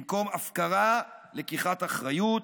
במקום הפקרה, לקיחת אחריות,